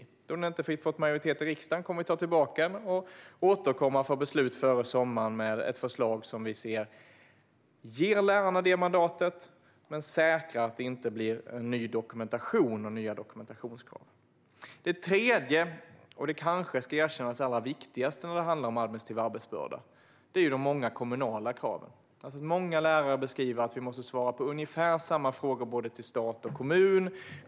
Eftersom förslaget inte har fått stöd av en majoritet i riksdagen kommer vi att ta tillbaka det och återkomma före sommaren med ett nytt förslag som ska ge lärarna det mandatet, men som säkrar att det inte leder till ny dokumentation och nya dokumentationskrav. Den tredje och kanske allra viktigaste delen när det gäller administrativ arbetsbörda är de många kommunala kraven. Många lärare beskriver att de måste svara på ungefär samma frågor till både stat och kommun.